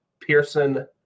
Pearson